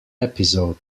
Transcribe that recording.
episode